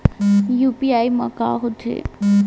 UPI मा का होथे?